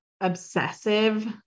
obsessive